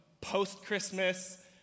post-Christmas